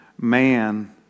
man